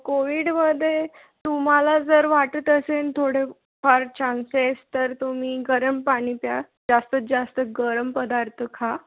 कोविडमध्ये तुम्हाला जर वाटत असेन थोडे फार चान्सेस तर तुम्ही गरम पाणी प्या जास्तीत जास्त गरम पदार्थ खा